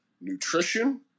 nutrition